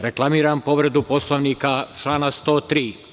Reklamiram povredu Poslovnika člana 103.